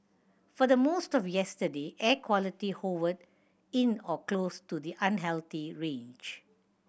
for the most of yesterday air quality hovered in or close to the unhealthy range